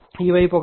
ఈ వైపు 1